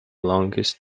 longest